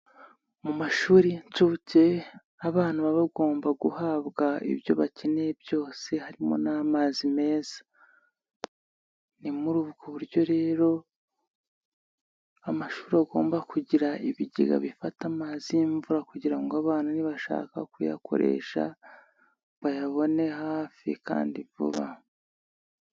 Mu mashuri y'inshuke abana baba bagomba guhabwa ibyo bakeneye byose harimo n'amazi meza, ni muri ubwo buryo rero amashuri agomba kugira ibigega bifata amazi y'imvura kugira ngo abana nibashaka kuyakoresha bayabone hafi kandi vuba.